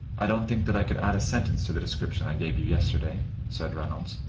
i don't think that i could add a sentence to the description i gave you yesterday said reynolds.